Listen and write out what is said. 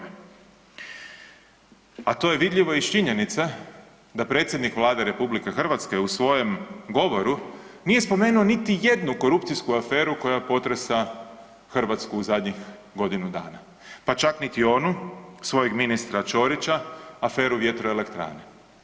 A to je vidljivo iz činjenice da predsjednik Vlade RH u svojem govoru nije spomenuo niti jednu korupcijsku aferu koja potresa Hrvatsku u zadnjih godinu dana, pa čak niti onu svojeg ministra Ćorića aferu Vjetroelektrane.